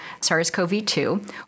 SARS-CoV-2